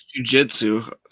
jujitsu